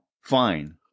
Fine